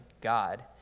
God